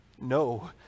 No